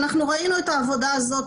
אנחנו ראינו את העבודה הזאת.